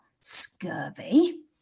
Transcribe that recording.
scurvy